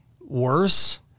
worse